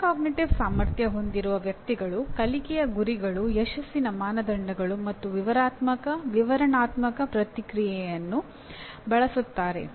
metacognitive ಸಾಮರ್ಥ್ಯ ಹೊಂದಿರುವ ವ್ಯಕ್ತಿಗಳು ಕಲಿಕೆಯ ಗುರಿಗಳು ಯಶಸ್ಸಿನ ಮಾನದಂಡಗಳು ಮತ್ತು ವಿವರಣಾತ್ಮಕ ಪ್ರತಿಕ್ರಿಯೆಯನ್ನು ಬಳಸುತ್ತಾರೆ